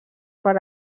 per